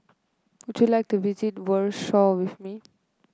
would you like to visit Warsaw with me